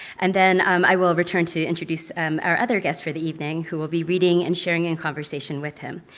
and then um i will return to introduce our other guests for the evening, who will be reading and sharing in conversation with him.